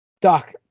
Doc